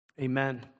Amen